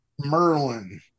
Merlin